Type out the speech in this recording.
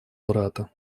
брата